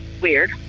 weird